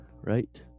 Right